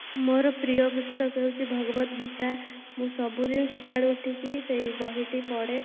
ମୋର ପ୍ରିୟ ପୁସ୍ତକ ହେଉଛି ଭଗବତ୍ ଗୀତା ମୁଁ ସବୁଦିନ ସକାଳୁ ଉଠିକି ସେଇ ବହିଟି ପଢ଼େ